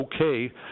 okay